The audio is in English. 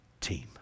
team